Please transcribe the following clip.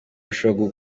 ashobora